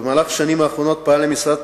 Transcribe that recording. במהלך השנים האחרונות פעל משרד